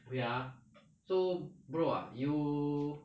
wait ah so bro ah you